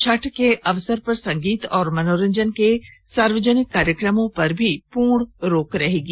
छठ के अवसर पर संगीत और मनोरंजन के सार्वजनिक कार्यक्रमों पर भी पूर्ण रोक रहेगी